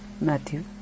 Matthew